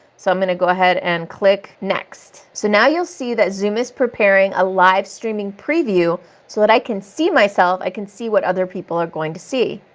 so, i'm going to go ahead and click next. so, now you'll see that zoom is preparing a live streaming preview so that i can see myself, i can see what other people are going to see.